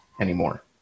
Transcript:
anymore